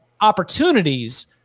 opportunities